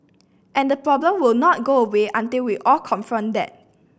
and the problem will not go away until we all confront that